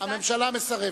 הממשלה מסרבת.